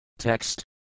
Text